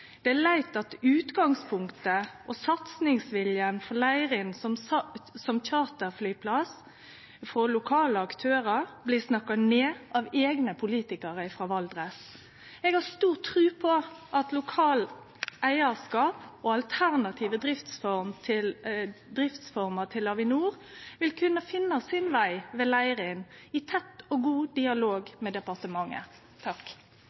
det skuffande. Det er leitt at utgangspunktet og satsingsviljen for Leirin som charterflyplass for lokale aktørar blir snakka ned av eigne politikarar frå Valdres. Eg har stor tru på at lokalt eigarskap og alternative driftsformar til Avinor vil kunne finne sin veg ved Leirin – i tett og god